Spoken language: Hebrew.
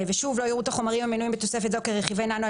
לא יראו את החומרים המנויים בתוספת זו כרכיבי ננו,